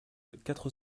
quatre